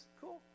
cool